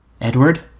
Edward